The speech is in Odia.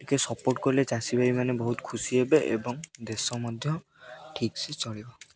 ଟିକେ ସପୋର୍ଟ କଲେ ଚାଷୀ ଭାଇମାନେ ବହୁତ ଖୁସି ହେବେ ଏବଂ ଦେଶ ମଧ୍ୟ ଠିକ୍ସେ ଚଳିବ